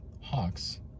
hawks